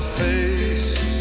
face